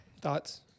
Thoughts